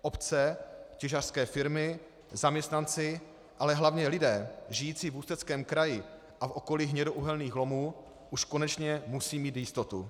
Obce, těžařské firmy, zaměstnanci, ale hlavně lidé žijící v Ústeckém kraji a v okolí hnědouhelných lomů už konečně musí mít jistotu.